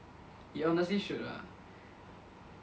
he honestly should ah